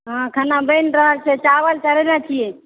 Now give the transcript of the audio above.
हँ खाना बनि रहल छै चावल चढ़ेने छी